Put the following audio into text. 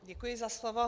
Děkuji za slovo.